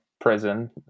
prison